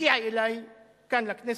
הגיעה אלי כאן לכנסת,